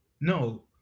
No